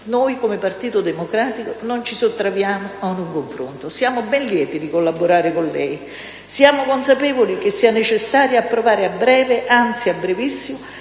Noi, come Partito Democratico, non ci sottraiamo a un confronto. Siamo ben lieti di collaborare con lei. Siamo consapevoli che sia necessario approvare a breve, anzi a brevissimo,